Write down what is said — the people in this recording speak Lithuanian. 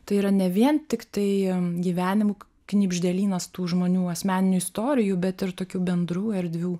tai yra ne vien tiktai gyvenimų knibždėlynas tų žmonių asmeninių istorijų bet ir tokių bendrų erdvių